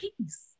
peace